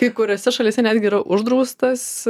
kai kuriose šalyse netgi yra uždraustas